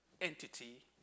entity